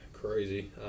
Crazy